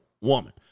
woman